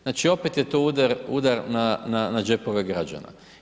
Znači opet je to udar na džepove građana.